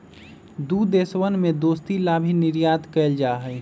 दु देशवन के दोस्ती ला भी निर्यात कइल जाहई